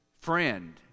friend